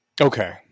Okay